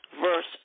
verse